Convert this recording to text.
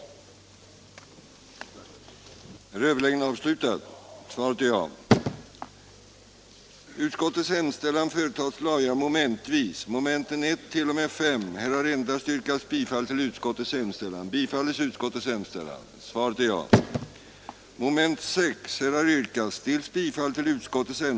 den det ej vill röstar nej.